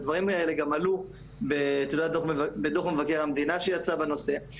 הדברים האלה עלו גם בדוח מבקר המדינה שיצא בנושא.